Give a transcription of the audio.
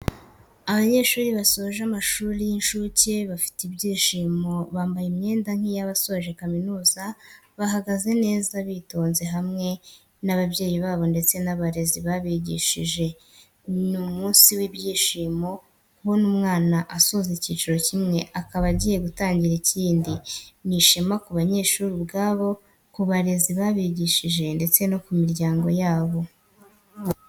Abanyeshuri basoje amashuri y'incuke bafite ibyishimo, bambaye imyenda nk'iyabasoje kaminuza bahagaze neza bitonze hamwe n'ababyeyi babo ndetse n'abarezi babigishije ni umunsi w'ibyishimo kubona umwana asoza ikiciro kimwe akaba agiye gutangira ikindi, ni ishema ku banyeshuri ubwabo, ku barezi babigishije ndetse no ku miryango yabo.